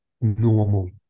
normal